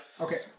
Okay